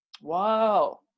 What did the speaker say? Wow